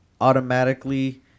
automatically